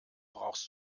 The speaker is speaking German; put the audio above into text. brauchst